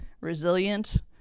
resilient